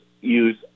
use